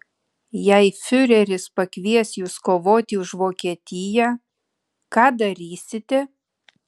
jei fiureris pakvies jus kovoti už vokietiją ką darysite